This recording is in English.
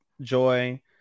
Joy